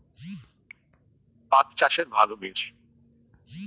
পাঠ চাষের ভালো বীজ?